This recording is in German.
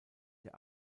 der